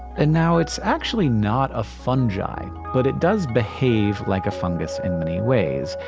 and now, it's actually not a fungi, but it does behave like a fungus in many ways.